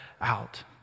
out